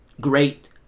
great